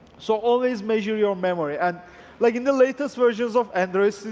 so always measure your memory. and like in the latest versions of android,